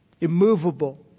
immovable